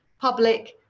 public